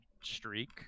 streak